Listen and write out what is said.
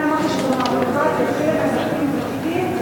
לכן אמרתי: המהפכה תתחיל עם האזרחים הוותיקים,